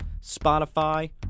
Spotify